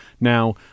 Now